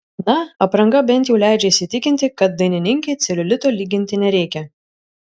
na apranga bent jau leidžia įsitikinti kad dainininkei celiulito lyginti nereikia